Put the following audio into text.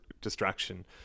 distraction